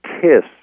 kiss